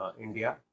India